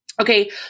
Okay